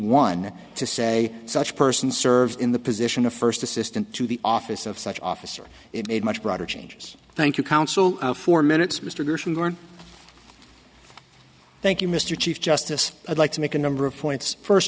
one to say such person served in the position of first assistant to the office of such officer it made much broader changes thank you council for minutes mister thank you mr chief justice i like to make a number of points first